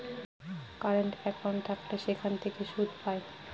current account থাকলে সেখান থেকে সুদ পায়